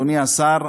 אדוני השר,